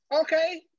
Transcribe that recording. okay